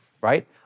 right